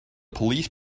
police